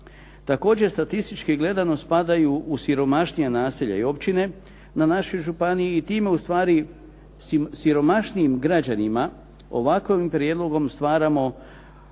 također statistički gledano spadaju u siromašnija naselja i općine u našoj županiji i time ustvari siromašnijim građanima ovakvim prijedlogom stvaramo